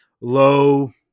low